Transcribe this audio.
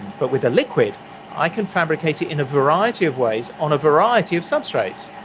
but with a liquid i can fabricate it in a variety of ways on a variety of substrates.